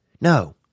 No